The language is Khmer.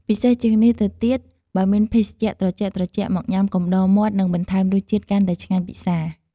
ពិសេសជាងនេះទៅទៀត បើមានភេសជ្ជៈត្រជាក់ៗ មកញុំាកំដរមាត់នឹងបន្ថែមរសជាតិកាន់តែឆ្ងាញ់ពិសា។